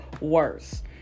worse